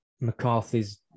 McCarthy's